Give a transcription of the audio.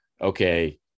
okay